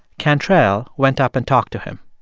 cantrell went up and talked to him.